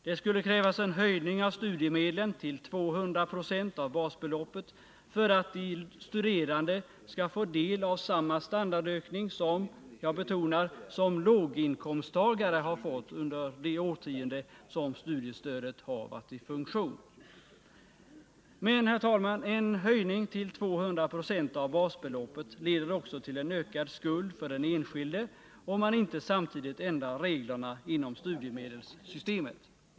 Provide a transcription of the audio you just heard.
Det skulle krävas en höjning av studiemedlen till 200 26 av basbeloppet för att de studerande skall få del av samma standardökning som låginkomsttagarna har fått under det årtionde som studiestödet har varit i funktion. Men, herr talman, en höjning till 200 96 av basbeloppet leder också till en ökad skuld för den enskilde, om man inte samtidigt ändrar reglerna inom studiemedelssystemet.